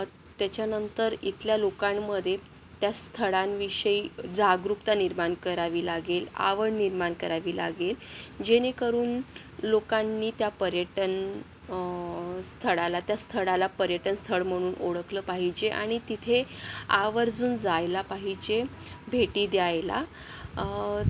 त्याच्यानंतर इथल्या लोकांमध्ये त्या स्थळांविषयी जागरूकता निर्माण करावी लागेल आवड निर्माण करावी लागेल जेणेकरून लोकांनी त्या पर्यटन स्थळाला त्या स्थळाला पर्यटनस्थळ म्हणून ओळखलं पाहिजे आणि तिथे आवर्जून जायला पाहिजे भेटी द्यायला